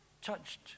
touched